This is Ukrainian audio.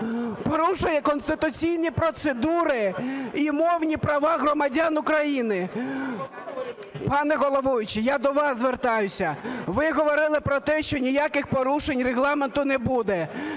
порушує конституційні процедури і мовні права громадян України. Пане головуючий, я до вас звертаюся, ви говорили про те, що ніяких порушень Регламенту не буде.